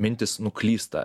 mintys nuklysta